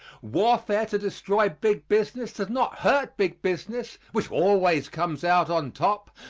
warfare to destroy big business does not hurt big business, which always comes out on top,